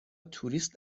توریست